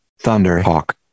Thunderhawk